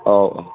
औ औ